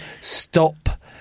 stop